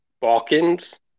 Balkans